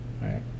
right